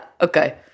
okay